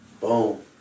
boom